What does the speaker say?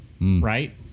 Right